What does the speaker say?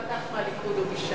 אין לך מנדט לקחת מהליכוד או מש"ס,